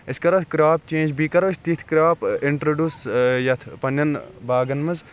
أسۍ کَرو اَتھ کرٛاپ چیٚنٛج بیٚیہِ کَرو أسۍ تِتھۍ کرٛاپ اِنٹرٛڈیوٗس یَتھ پَننٮ۪ن باغَن منٛز